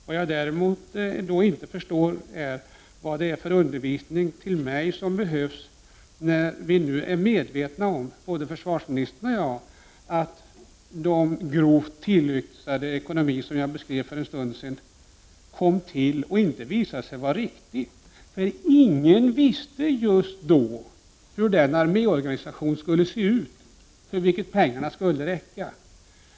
Vad jag däremot inte förstår är vilken undervisning jag behöver, när vi nu är medvetna om både försvarsministern och jäg att den grovt tillyxade ekonomi som jag beskrev för en stund sedan visat sig inte vara riktig. Ingen visste då hur den arméorganisation skulle se ut för vilken pengarna skulle räcka.